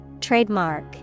Trademark